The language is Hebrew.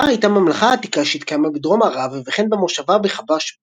סבא הייתה ממלכה עתיקה שהתקיימה בדרום-ערב וכן במושבה בחבש